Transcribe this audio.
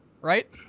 right